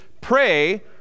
pray